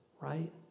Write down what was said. right